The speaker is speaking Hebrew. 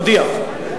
הודיע.